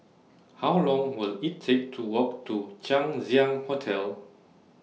How Long Will IT Take to Walk to Chang Ziang Hotel